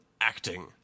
acting